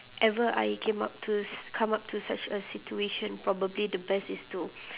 ever I came up to s~ come up to such a situation probably the best is to